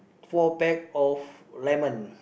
four bag of lemons